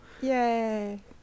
yay